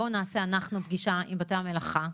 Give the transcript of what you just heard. בואו נעשה אנחנו פגישה עם בתי המלאכה,